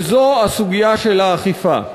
וזו הסוגיה של האכיפה.